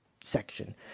section